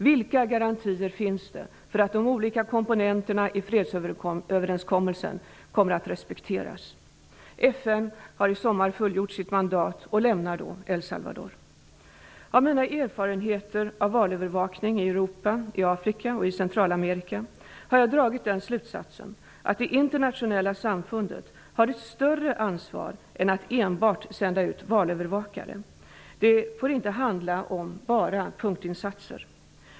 Vilka garantier finns för att de olika komponenterna i fredsöverenskommelsen kommer att respekteras? FN har i sommar fullgjort sitt mandat och lämnar då El Salvador. Av mina erfarenheter av valövervakning i Europa, Afrika och Centralamerika har jag dragit den slutsatsen att det internationella samfundet har ett större ansvar än att enbart sända ut valövervakare. Det får inte handla om bara punktinsatser.